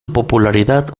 popularidad